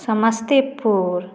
Samastipur